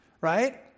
right